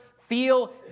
feel